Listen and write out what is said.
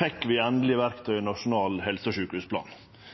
fekk vi endeleg